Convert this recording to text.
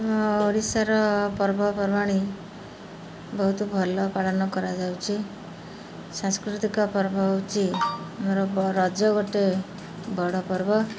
ଆମ ଓଡ଼ିଶାର ପର୍ବପର୍ବାଣି ବହୁତ ଭଲ ପାଳନ କରାଯାଉଛି ସାଂସ୍କୃତିକ ପର୍ବ ହେଉଛି ଆମର ରଜ ଗୋଟେ ବଡ଼ ପର୍ବ